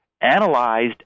analyzed